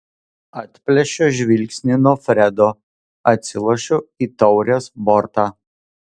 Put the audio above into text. atplėšiu žvilgsnį nuo fredo atsilošiu į taurės bortą